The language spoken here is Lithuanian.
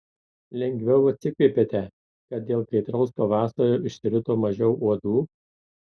lengviau atsikvėpėte kad dėl kaitraus pavasario išsirito mažiau uodų